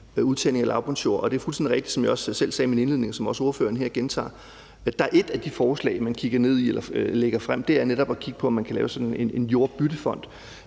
udtagning af lavbundsjorder. Det er fuldstændig rigtigt – som jeg også selv sagde i min indledning, og som ordføreren også gentager her – at et af de forslag, man lægger frem, netop er at kigge på, om man kan lave sådan en jordbyttefond.